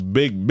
big